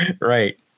Right